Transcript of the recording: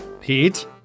Pete